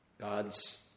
God's